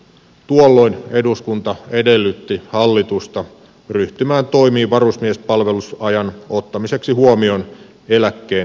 tuolloin eduskunta edellytti hallitusta ryhtymään toimiin varusmiespalvelusajan ottamiseksi huomioon eläkkeen määräytymisessä